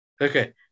Okay